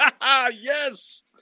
yes